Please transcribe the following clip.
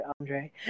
Andre